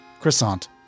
croissant